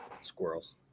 Squirrels